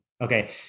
Okay